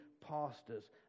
pastors